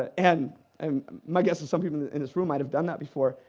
ah and um my guess is some people in this room might have done that before.